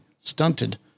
stunted